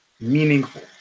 Meaningful